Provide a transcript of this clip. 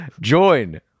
Join